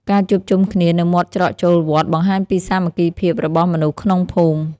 ការជួបជុំគ្នានៅមាត់ច្រកចូលវត្ត បង្ហាញពីសាមគ្គីភាពរបស់មនុស្សក្នុងភូមិ។